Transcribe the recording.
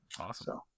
Awesome